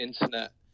internet